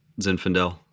Zinfandel